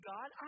God